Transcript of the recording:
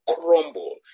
crumble